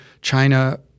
China